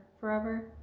forever